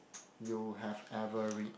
you have ever read